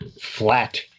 flat